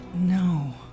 No